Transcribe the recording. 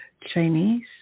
Chinese